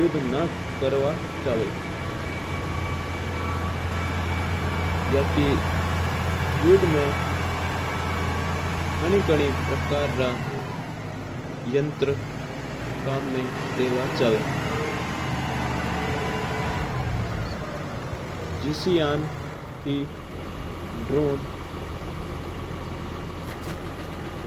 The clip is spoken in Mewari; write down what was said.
युद्ध ना करवा चावा या की युद्ध मां कणी कणी प्रकार रा यंत्र उपयोग मां लिया जाया कर्या है। जिस्याण की ड्रोन,